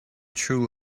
true